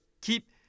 keep